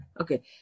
Okay